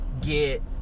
get